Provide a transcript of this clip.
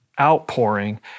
outpouring